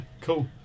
cool